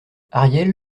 ariel